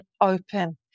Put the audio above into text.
open